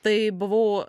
tai buvau